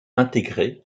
intégrés